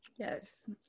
yes